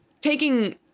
taking